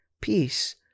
peace